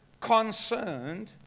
concerned